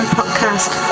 podcast